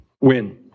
win